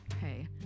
hey